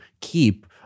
keep